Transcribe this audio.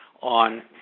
on